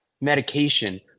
medication